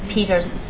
Peter's